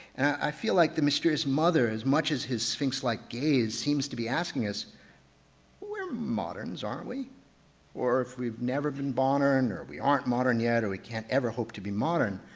i feel like the mysterious mother as much as his sphinx-like gaze seems to be asking us we're moderns aren't we or if we've never been modern or and or we aren't modern yet or we can't ever hope to be modern,